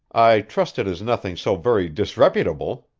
i trust it is nothing so very disreputable,